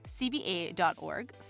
cba.org